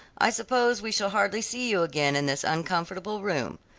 i suppose we shall hardly see you again in this uncomfortable room.